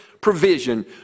provision